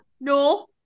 No